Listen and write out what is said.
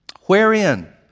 Wherein